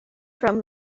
from